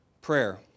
Prayer